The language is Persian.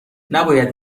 نباید